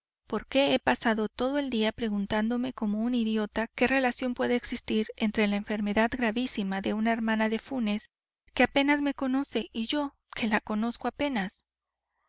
por qué he pasado todo el día preguntándome como un idiota qué relación puede existir entre la enfermedad gravísima de una hermana de funes que apenas me conoce y yo que la conozco apenas